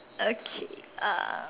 okay uh